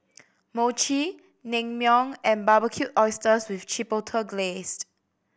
Mochi Naengmyeon and Barbecued Oysters with Chipotle Glaze